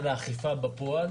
על האכיפה בפועל